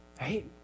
Right